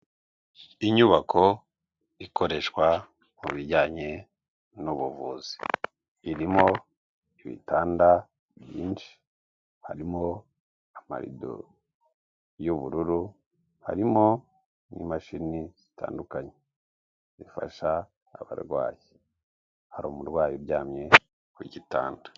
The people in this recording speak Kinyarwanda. Inyubako ikoreshwa mu bijyanye n'ubuvuzi irimo ibitanda byinshi harimo amarido y'ubururu, harimo n'imashini zitandukanye zifasha abarwayi, hari umurwayi uryamye ku gitanda.